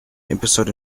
episode